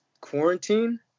quarantine